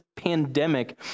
pandemic